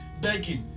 begging